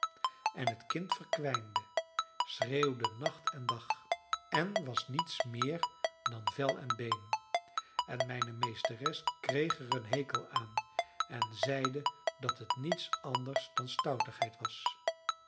en het kind verkwijnde schreeuwde nacht en dag en was niets meer dan vel en been en mijne meesteres kreeg er een hekel aan en zeide dat het niets anders dan stoutigheid was